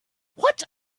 what